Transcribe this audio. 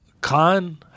Khan